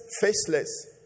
faceless